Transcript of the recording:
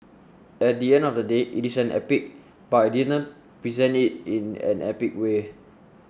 at the end of the day it is an epic but I didn't present it in an epic way